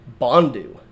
Bondu